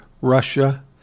Russia